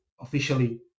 officially